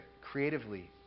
creatively